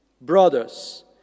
Brothers